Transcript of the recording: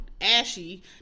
ashy